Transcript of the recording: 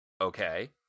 Okay